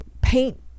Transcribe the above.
paint